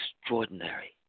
extraordinary